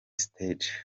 stage